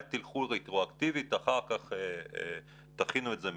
אל תלכו רטרואקטיבית אלא תכינו מראש.